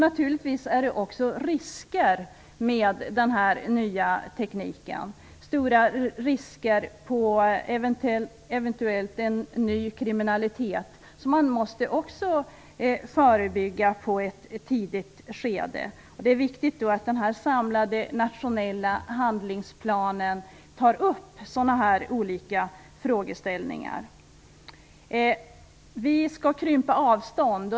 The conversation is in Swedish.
Naturligtvis är också risker förenade med den här nya tekniken. Det finns t.ex. stora risker för en eventuell ny kriminalitet. Här behövs ett förebyggande arbete i ett tidigt skede. Det är därför viktigt att i den samlade nationella handlingsplanen ta upp olika frågeställningar. Vi skall krympa avstånd.